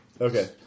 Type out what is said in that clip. Okay